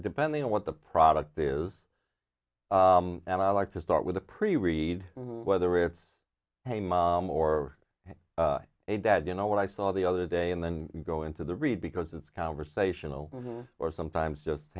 depending on what the product is and i like to start with a pretty read whether it's a mom or a dad you know what i saw the other day and then go into the read because it's conversational or sometimes just